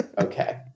Okay